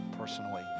personally